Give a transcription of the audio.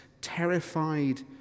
terrified